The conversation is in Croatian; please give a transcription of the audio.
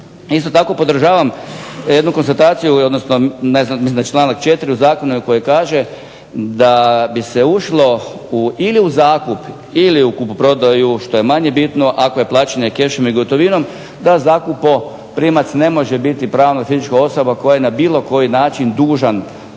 Isto tako podržavam jednu konstataciju, odnosno mislim da je članak 4. u zakonu koji kaže da bi se ušlo ili u zakup ili u kupoprodaju što je manje bitno ako je plaćanje kešom i gotovinom da zakupoprimac ne može biti pravna fizička osoba koja je na bilo koji način dužna